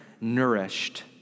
nourished